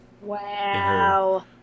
Wow